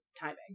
timing